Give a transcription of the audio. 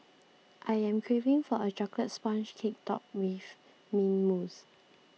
I am craving for a Chocolate Sponge Cake Topped with Mint Mousse